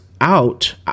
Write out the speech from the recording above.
out